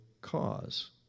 cause